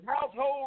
household